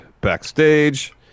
backstage